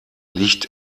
liegt